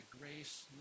grace